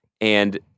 And-